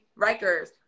Rikers